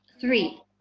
three